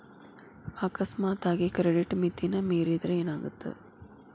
ಅಕಸ್ಮಾತಾಗಿ ಕ್ರೆಡಿಟ್ ಮಿತಿನ ಮೇರಿದ್ರ ಏನಾಗತ್ತ